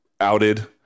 outed